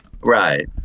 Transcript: Right